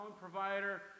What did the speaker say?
provider